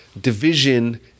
division